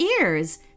ears